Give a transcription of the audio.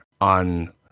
on